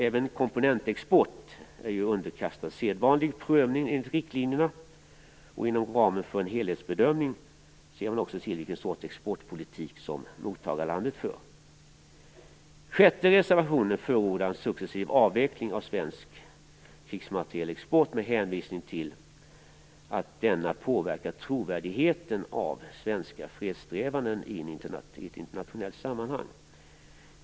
Även komponentexport är underkastad sedvanlig prövning enligt riktlinjerna, och inom ramen för en helhetsbedömning ser man också till vilken sorts exportpolitik som mottagarlandet för. Den sjätte reservationen förordar en successiv avveckling av svensk krigsmaterielexport med hänvisning till att denna påverkar trovärdigheten i svenska fredssträvanden i internationella sammanhang.